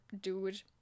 dude